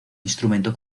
instrumento